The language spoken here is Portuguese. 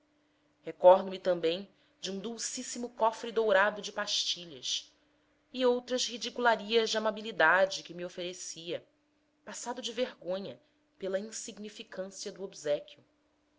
cromo recordo-me também de um dulcíssimo cofre dourado de partilhas e outras ridicularias de amabilidade que me oferecia passado de vergonha pela insignificância do obséquio